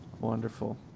Wonderful